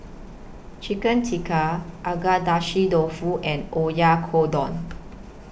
Chicken Tikka Agedashi Dofu and Oyakodon